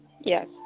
Yes